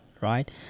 right